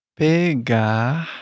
pegar